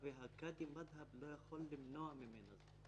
הקאדי מד'הב לא יכול מנוע ממנה זאת.